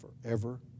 forever